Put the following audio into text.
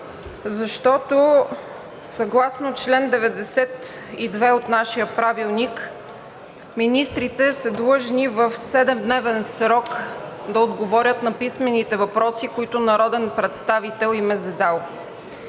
защото съгласно чл. 92 от нашия Правилник министрите са длъжни в 7-дневен срок да отговорят на писмените въпроси, които народен представител им е задал.